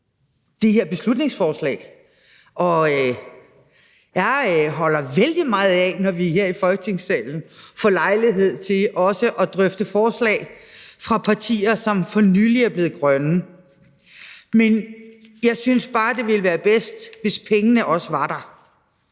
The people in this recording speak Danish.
det her beslutningsforslag, og jeg holder vældig meget af, når vi her i Folketingssalen får lejlighed til også at drøfte forslag fra partier, som for nylig er blevet grønne. Men jeg synes bare, at det ville være bedst, hvis pengene også var der.